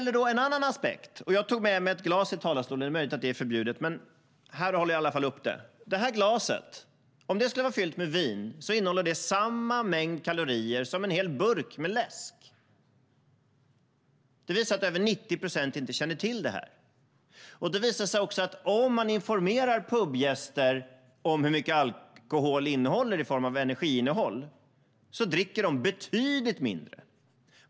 En annan aspekt är att ett glas vin innehåller samma mängd kalorier som en hel burk läsk. Det visar sig att över 90 procent inte känner till detta. Men om man informerar pubgäster om hur mycket energi alkohol innehåller dricker de betydligt mindre.